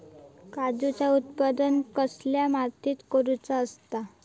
काजूचा उत्त्पन कसल्या मातीत करुचा असता?